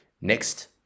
Next